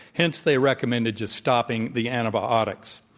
hence, they recommended just stopping the antibiotics.